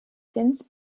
since